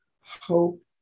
hope